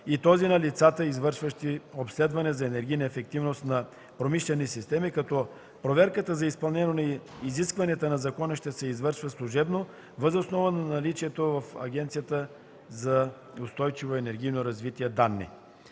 и този на лицата, извършващи обследване за енергийна ефективност на промишлени системи, като проверката за изпълнението на изискванията на закона ще се извършва служебно въз основа на наличните в Агенцията за устойчиво енергийно развитие данни.